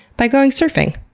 by going surfing.